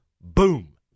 Boom